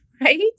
right